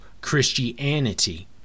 Christianity